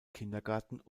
kindergarten